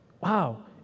Wow